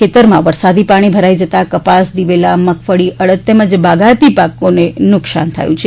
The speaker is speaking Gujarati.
ખેતરમાં વરસાદી પાણી ભરાઇ જતા કપાસ દિવેલા મગફળી અડદ તેમજ બાગાયતી પાકોને નુકસાન થઇ શકે છે